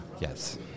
yes